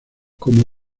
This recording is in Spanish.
como